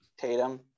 Tatum